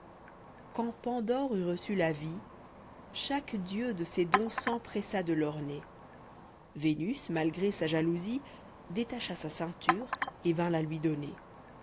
and pandore eut reçu la vie chaque dieu de ses dons s'empressa de l'orner vénus malgré sa jalousie détacha sa ceinture et vint là lui donner